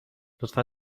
لطفا